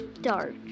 dark